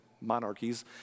monarchies